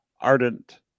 ardent